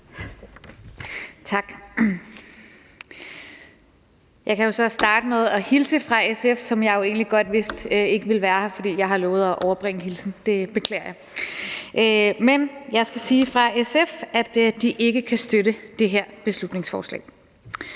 Jeg kan jo så starte med at hilse fra SF, som jeg egentlig godt vidste ikke ville være her, for jeg har lovet at overbringe en hilsen fra dem. Det beklager jeg. Men jeg skal sige fra SF, at de ikke kan støtte det her beslutningsforslag.